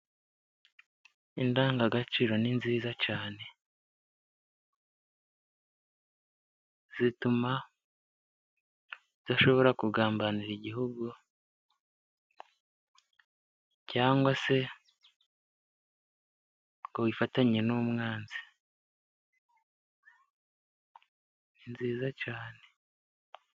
Indangagaciro ni nziza cyane, zituma udashobora kugambanira igihugu, cyangwa se ngo wifatanye n'umwanzi, ni nziza cyane.